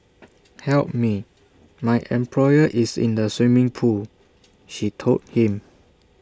help me my employer is in the swimming pool she told him